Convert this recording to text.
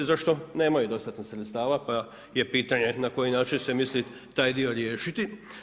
Zašto nemaju dostatna sredstava pa je pitanje na koji način se misli taj dio riješiti.